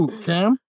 Cam